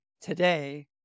today